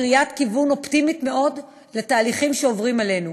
קריאת כיוון אופטימית מאוד לתהליכים שעוברים עלינו.